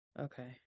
Okay